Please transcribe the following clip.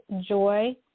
joy